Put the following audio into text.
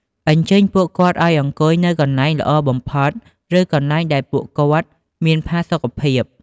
អញ្ជើញពួកគាត់ឲ្យអង្គុយនៅកន្លែងល្អបំផុត ឬកន្លែងដែលពួកគាត់មានផាសុកភាព។